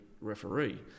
referee